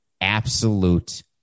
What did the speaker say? absolute